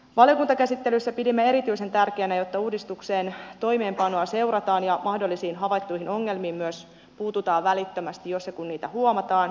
valiokuntakäsittelyssä pidimme erityisen tärkeänä että uudistuksen toimeenpanoa seurataan ja mahdollisiin havaittuihin ongelmiin myös puututaan välittömästi jos ja kun niitä huomataan